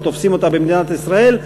תופסים אותה במדינת ישראל,